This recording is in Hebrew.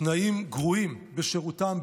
מתנאים גרועים בשירותם,